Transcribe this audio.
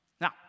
Now